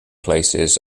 places